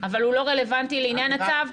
אבל הוא לא רלוונטי לעניין הצו.